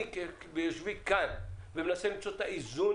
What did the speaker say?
אבל אני יושב כאן ומנסה למצוא את האיזון